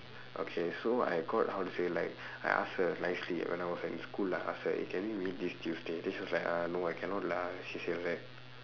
okay so I called how to say like I ask her nicely when I was in school lah I ask her eh can we meet this tuesday then she was like uh no I cannot lah she say right